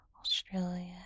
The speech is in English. Australia